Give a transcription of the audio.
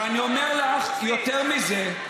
ואני אומר לך יותר מזה,